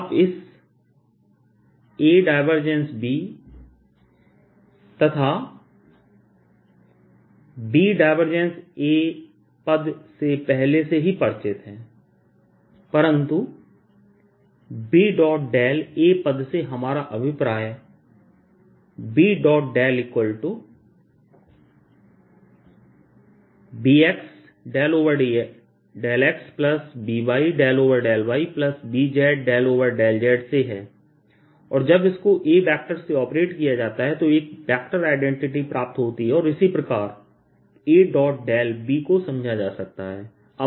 आप इस AB तथा BA पद से पहले से ही परिचित हैं परंतु BA पद से हमारा अभिप्राय BBx∂xBy∂yBz∂zसे है और जब इसको Aवेक्टर से ऑपरेट किया जाता है तो एक वेक्टर क्वांटिटी प्राप्त होती है और इसी प्रकार AB को समझा जा सकता है